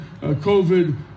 COVID